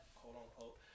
quote-unquote